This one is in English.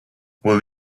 will